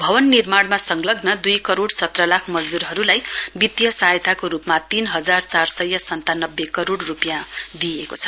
भवन निर्माणमा संलग्न दुई करोइ सत्र लाख मजदूरहरूलाई वित्तीय सहायताको रूपमा तीन हजार चार सय सन्तानब्बे करोड रुपियाँ दिइएको छ